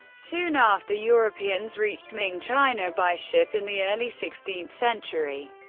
soon after europeans reached ming china by ship in the early sixteenth century,